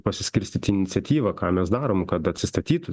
pasiskirstyti iniciatyvą ką mes darom kad atsistatytų